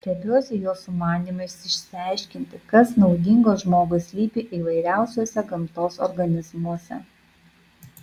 stebiuosi jo sumanymais išsiaiškinti kas naudingo žmogui slypi įvairiausiuose gamtos organizmuose